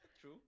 true